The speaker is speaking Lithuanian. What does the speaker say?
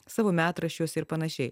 savo metraščiuose ir panašiai